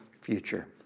future